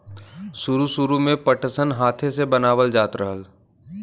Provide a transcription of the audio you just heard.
सुरु सुरु में पटसन हाथे से बनावल जात रहल